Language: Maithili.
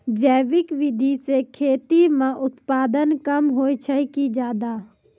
जैविक विधि से खेती म उत्पादन कम होय छै कि ज्यादा?